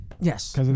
yes